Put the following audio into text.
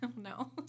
No